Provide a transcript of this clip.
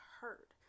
hurt